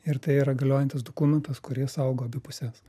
ir tai yra galiojantis dokumentas kuris saugo abi puses